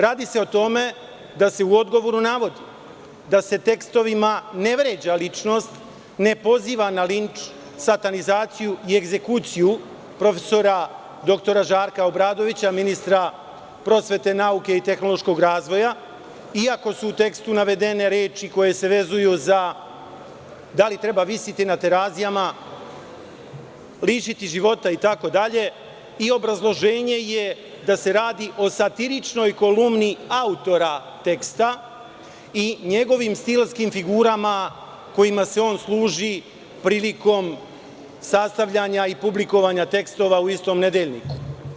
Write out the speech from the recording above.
Radi se o tome da se u odgovoru navodi, da se tekstovima ne vređa ličnost, ne poziva na linč, satanizaciju i egzekuciju prof. dr Žarka Obradovića, ministra prosvete, nauke i tehnološkog razvoja, iako su u tekstu navedene reči koje se vezuju, da li treba visiti na Terazijama, lišiti života itd, i obrazloženje je da se radi o satiričnoj kolumni autora teksta i njegovim stilskim figurama, kojima se on služi prilikom sastavljanja i publikovanja tekstova u istom nedeljniku.